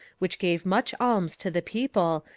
which gave much alms to the people,